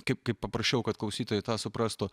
kaip kai paprašiau kad klausytojai tą suprastų